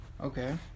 Okay